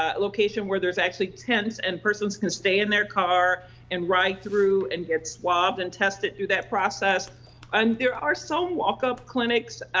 ah location, where there's actually tents and persons can stay in their car and ride through and get swabbed and tested through that process and there are some walk-up clinics.